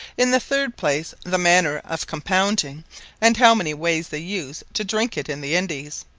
in the third place the manner of compounding and how many wayes they use to drink it in the indies.